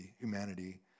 humanity